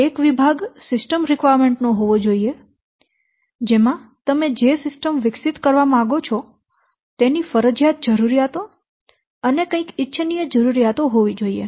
એક વિભાગ સિસ્ટમ આવશ્યકતાઓ નો હોવો જોઈએ જેમાં તમે જે સિસ્ટમ વિકસિત કરવા માગો છો તેની ફરજિયાત જરૂરિયાતો અને કંઈક ઇચ્છનીય જરૂરિયાતો હોવી જોઈએ